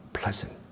Pleasant